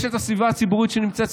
יש את הסביבה הציבורית שנמצאת סביבך,